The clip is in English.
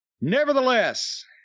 Nevertheless